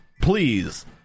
please